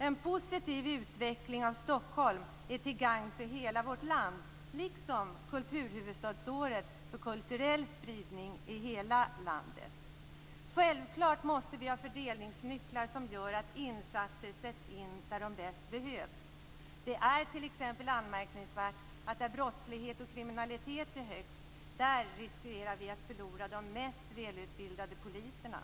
En positiv utveckling av Stockholm är till gagn för hela vårt land, liksom kulturhuvudstadsåret för kulturell spridning i hela landet. Självklart måste vi ha fördelningsnycklar som gör att insatser sätts in där de bäst behövs. Det är t.ex. anmärkningsvärt att där brottslighet och kriminalitet är högst riskerar vi att förlora de mest välutbildade poliserna.